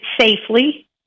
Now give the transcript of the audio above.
safely